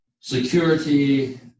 security